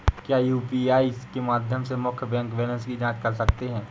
क्या हम यू.पी.आई के माध्यम से मुख्य बैंक बैलेंस की जाँच कर सकते हैं?